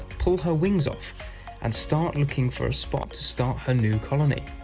pull her wings off and start looking for a spot to start her new colony.